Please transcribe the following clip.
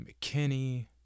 McKinney